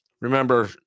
Remember